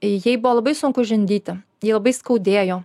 jai buvo labai sunku žindyti jai labai skaudėjo